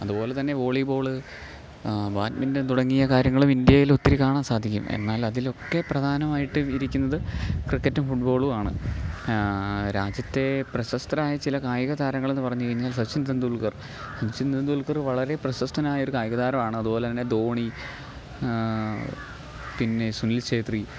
അതുപോലെ തന്നെ volleyball badminton തുടങ്ങിയ കാര്യങ്ങളും ഇന്ത്യയിലൊത്തിരി കാണാന് സാധിക്കും എന്നാൽ അതിലൊക്കെ പ്രധാനമായിട്ട് ഇരിക്കുന്നത് ക്രിക്കറ്റും ഫുട്ബോളും ആണ് രാജ്യത്തെ പ്രശസ്തരായ ചില കായികതാരങ്ങളെന്ന് പറഞ്ഞുകഴിഞ്ഞാൽ സച്ചിൻ തെന്തുൽക്കർ സച്ചിൻ തെന്തുൽക്കർ വളരെ പ്രശസ്തനായൊരു കായിക താരമാണ് അതുപോലെ തന്നെ ധോണി പിന്നെ സുനിൽ ചേദ്രി